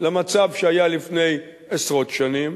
למצב שהיה לפני עשרות שנים,